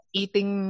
eating